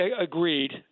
agreed